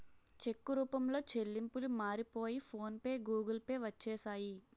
చెక్కు రూపంలో చెల్లింపులు మారిపోయి ఫోన్ పే గూగుల్ పే వచ్చేసాయి